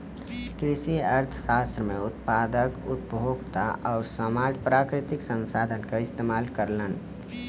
कृषि अर्थशास्त्र में उत्पादक, उपभोक्ता आउर समाज प्राकृतिक संसाधन क इस्तेमाल करलन